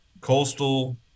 Coastal